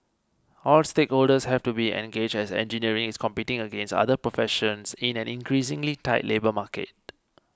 all stakeholders have to be engaged as engineering is competing against other professions in an increasingly tight labour market